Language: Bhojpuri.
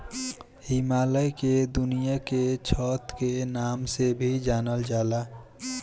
हिमालय के दुनिया के छत के नाम से भी जानल जाला